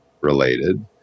related